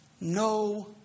No